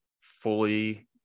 fully